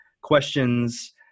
questions